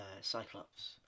Cyclops